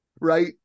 right